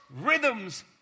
rhythms